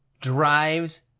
Drives